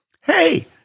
Hey